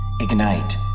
Ignite